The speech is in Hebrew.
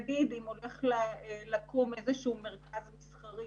נניח אם הולך לקום איזשהו מרכז מסחרי